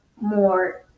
more